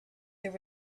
the